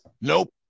Nope